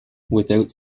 without